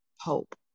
hope